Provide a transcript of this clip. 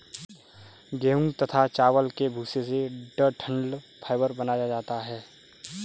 गेहूं तथा चावल के भूसे से डठंल फाइबर बनाया जाता है